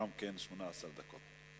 גם כן 18 דקות.